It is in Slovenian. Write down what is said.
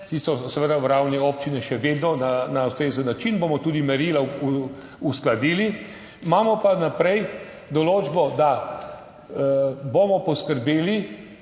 ki so seveda na ravni občine še vedno na ustrezen način, bomo tudi merila uskladili, imamo pa naprej določbo, da bomo poskrbeli